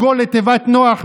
בת זוגו לתיבת נח,